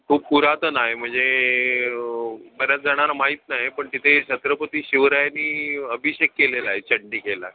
खूप पुरातन आहे म्हणजे बऱ्याच जणांना माहीत नाहीपण तिथे छत्रपती शिवरायांनी अभिषेक केलेला आहे चंडिकेला